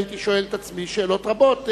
הייתי שואל את עצמי שאלות רבות,